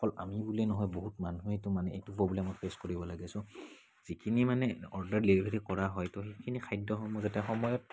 অকল আমি বুলি নহয় বহুত মানুহেইতো মানে এইটো প্ৰব্লেম ফেচ কৰিব লাগে চ' যিখিনি মানে অৰ্ডাৰ ডেলিভাৰী কৰা হয় তো সেইখিনি খাদ্যসমূহ যাতে সময়ত